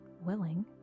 willing